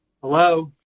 Hello